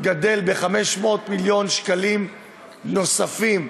גדל ב-500 מיליון שקלים נוספים,